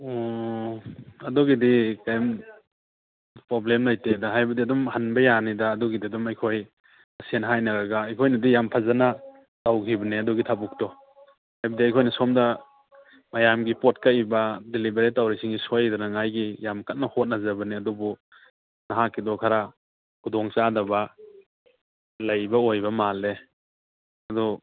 ꯑꯗꯨꯒꯤꯗꯤ ꯀꯩꯔꯤꯝ ꯄ꯭ꯔꯣꯕ꯭ꯂꯦꯝ ꯂꯩꯇꯦꯗ ꯍꯥꯏꯕꯗꯤ ꯑꯗꯨꯝ ꯍꯟꯕ ꯌꯥꯅꯤꯗ ꯑꯗꯨꯒꯤꯗꯤ ꯑꯗꯨꯝ ꯑꯩꯈꯣꯏ ꯃꯁꯦꯟ ꯍꯥꯏꯅꯔꯒ ꯑꯩꯈꯣꯏꯅꯗꯤ ꯌꯥꯝ ꯐꯖꯅ ꯇꯧꯈꯤꯕꯅꯦ ꯑꯗꯨꯒꯤ ꯊꯕꯛꯇꯣ ꯍꯥꯏꯕꯗꯤ ꯑꯩꯈꯣꯏꯅ ꯁꯣꯝꯗ ꯃꯌꯥꯝꯒꯤ ꯄꯣꯠ ꯀꯛꯏꯕ ꯗꯤꯂꯤꯕꯔꯤ ꯇꯧꯔꯤꯁꯤꯡꯁꯦ ꯁꯣꯏꯗꯅꯉꯥꯏꯒꯤ ꯌꯥꯝ ꯀꯟꯅ ꯍꯣꯠꯅꯖꯕꯅꯦ ꯑꯗꯨꯕꯨ ꯅꯍꯥꯛꯀꯤꯗꯣ ꯈꯔ ꯈꯨꯗꯣꯡ ꯆꯥꯗꯕ ꯂꯩꯕ ꯑꯣꯏꯕ ꯃꯥꯜꯂꯦ ꯑꯗꯣ